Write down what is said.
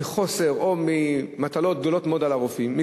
או ממטלות גדולות מאוד על הרופאים,